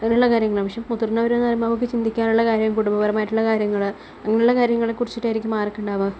അങ്ങനെയുള്ള കാര്യങ്ങളാണാവശ്യം മുതിര്ന്നവരെന്നു പറയുമ്പോൾ അവര്ക്ക് ചിന്തിക്കാനുള്ള കാര്യങ്ങൾ കുടുംബപരമായിട്ടുള്ള കാര്യങ്ങൾ അങ്ങനെയുള്ള കാര്യങ്ങളെക്കുറിച്ചിട്ടായിരിക്കും ആര്ക്കുണ്ടാവുക